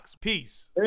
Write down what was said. Peace